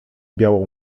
białą